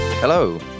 Hello